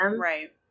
Right